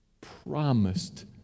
promised